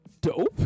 dope